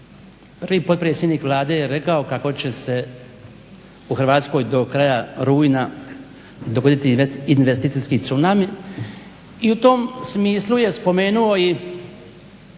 prvi potpredsjednik Vlade je rekao kako će se u Hrvatskoj do kraja rujna dogoditi investicijski tsunami i u tom smislu je spomenuo i